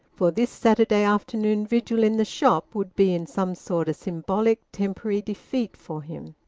for this saturday afternoon vigil in the shop would be in some sort a symbolic temporary defeat for him.